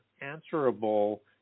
answerable